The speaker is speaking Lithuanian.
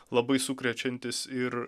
labai sukrečiantis ir